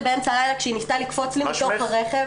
באמצע הלילה כשהיא ניסתה לקפוץ לי מתוך הרכב.